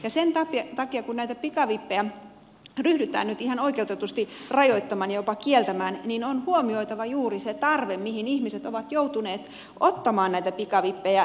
sen takia kun näitä pikavippejä ryhdytään nyt ihan oikeutetusti rajoittamaan ja jopa kieltämään on huomioitava juuri se tarve mihin ihmiset ovat joutuneet ottamaan näitä pikavippejä